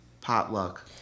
potluck